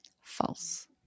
False